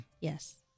Yes